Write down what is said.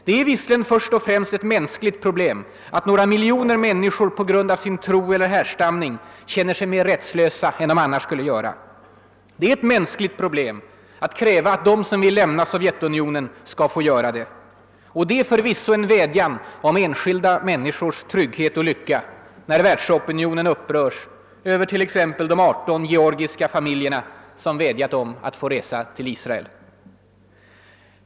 Det är visserligen först och främst ett mänskligt problem att några miljoner människor på grund av sin tro eller härstamning känner sig mer rättslösa än de annars skulle göra. Det är ett mänskligt problem att kräva att de som vill lämna Sovjetunionen ska få göra det. Och det är förvisso en vädjan om enskilda människors trygghet och lycka när världsopinionen upprörs över t.ex. de 18 georgiska familjerna som vädjat om att få resa till Israel.